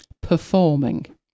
performing